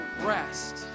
rest